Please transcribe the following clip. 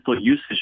usage